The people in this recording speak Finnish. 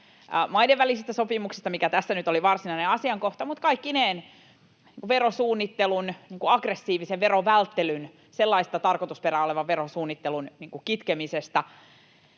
maiden välisistä sopimuksista, mikä tässä nyt oli varsinainen asiakohta, mutta kaikkineen verosuunnittelun, aggressiivisen verovälttelyn, sellaista tarkoitusperää olevan verosuunnittelun kitkemisestä.